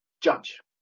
judge